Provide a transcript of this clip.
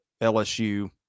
LSU